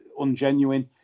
ungenuine